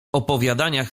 opowiadaniach